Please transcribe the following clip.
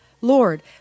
Lord